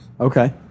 Okay